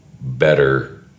better